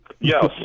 Yes